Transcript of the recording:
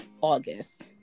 August